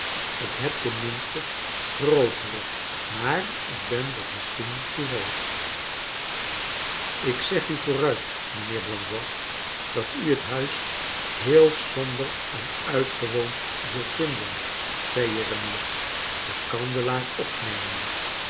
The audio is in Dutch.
ik heb tenminste grootere maar ik ben dat misschien toevallig ik zeg u vooruit mijnheer blandois dat u het huis heel somber en uitgewoond zult vinden zei jeremia den kandelaar opnemende